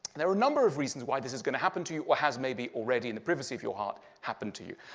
there are a number of reasons why this is going to happen to you or has maybe already in the privacy of your heart happened to you.